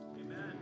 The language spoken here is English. amen